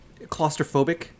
claustrophobic